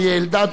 אריה אלדד,